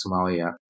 Somalia